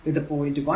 ഇത് പോയിന്റ് 1